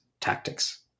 tactics